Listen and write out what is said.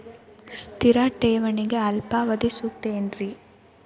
ಸ್ಥಿರ ಠೇವಣಿಗೆ ಅಲ್ಪಾವಧಿ ಸೂಕ್ತ ಏನ್ರಿ?